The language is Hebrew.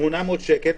כ-800 שקלים,